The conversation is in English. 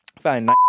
Fine